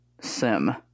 sim